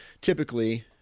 typically